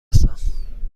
هستم